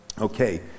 okay